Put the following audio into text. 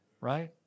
Right